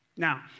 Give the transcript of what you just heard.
Now